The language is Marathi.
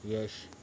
यश